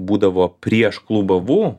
būdavo prieš klubą vu